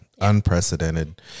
Unprecedented